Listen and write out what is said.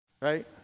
Right